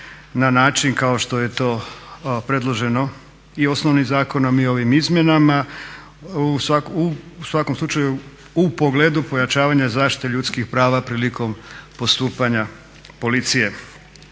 na način kao što je to predloženo i osnovnim zakonom i ovim izmjenama u svakom slučaju u pogledu pojačavanja zaštite ljudskih prava prilikom postupanja policije.